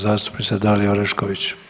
zastupnice Dalije Orešković.